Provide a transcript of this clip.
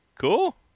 cool